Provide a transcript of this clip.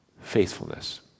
faithfulness